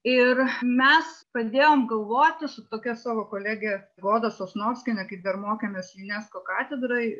ir mes pradėjom galvoti su tokia savo kolege goda sosnovskiene kai dar mokėmės unesco katedroj